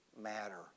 matter